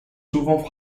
souvent